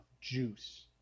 juice